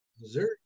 Missouri